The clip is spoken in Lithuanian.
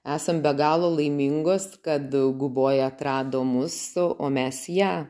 esam be galo laimingos kad guboja atrado mus o mes ją